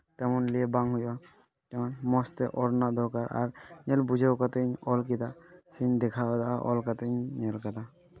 ᱛᱮᱢᱚᱱ ᱞᱟᱹᱭ ᱵᱟᱝ ᱦᱩᱭᱩᱜᱼᱟ ᱡᱮᱢᱚᱱ ᱢᱚᱡᱽ ᱛᱮ ᱚᱞ ᱨᱮᱱᱟᱜ ᱫᱚᱨᱠᱟᱨ ᱟᱨ ᱧᱮᱞ ᱵᱩᱡᱷᱟᱹᱣ ᱠᱟᱛᱤᱧ ᱚᱞ ᱠᱮᱫᱟ ᱥᱤᱧ ᱫᱮᱠᱷᱟᱣ ᱠᱮᱫᱟ ᱚᱞ ᱠᱟᱛᱤᱧ ᱧᱮᱞ ᱠᱮᱫᱟ